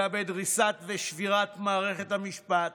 אלא בדריסת ושבירת מערכת המשפט